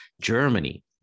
Germany